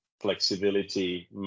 flexibility